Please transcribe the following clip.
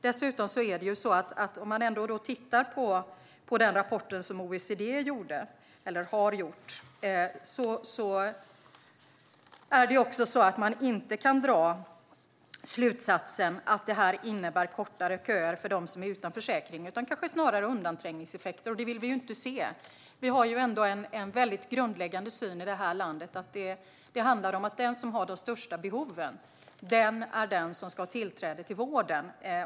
Dessutom kan man enligt OECD:s rapport inte dra slutsatsen att det här innebär kortare köer för dem som är utan försäkring - det innebär kanske snarare undanträngningseffekter, och sådana vill vi inte se. Vi har ju ändå en väldigt grundläggande syn i detta land: Den som har de största behoven ska ha tillträde till vården.